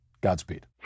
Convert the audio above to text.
Godspeed